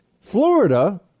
Florida